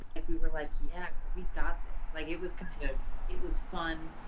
like we were, like, yeah, we got this. like, it was kind of it was fun.